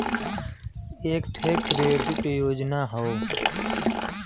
एक ठे क्रेडिट योजना हौ